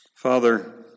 Father